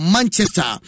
Manchester